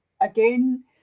again